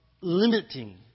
limiting